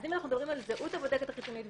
אז אם אנחנו מדברים על זהות הבודקת החיצונית,